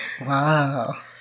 Wow